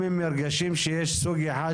אם הם מרגישים שיש סוג אחד